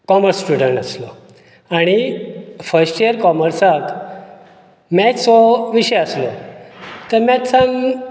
commerce student आसलों आनी first year कॉर्मसाक मॅथ्स हो विशय आसलो त्या मॅथ्सांग